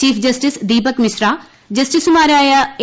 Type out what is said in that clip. chief justice Deepak Misra ജസ്റ്റിസുമാരായി A